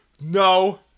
No